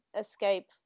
escape